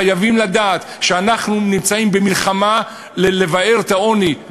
אנחנו חייבים לדעת שאנחנו נמצאים במלחמה לביעור העוני,